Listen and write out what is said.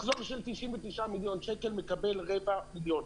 מחזור של 99 מיליון שקל מקבל רבע מיליון,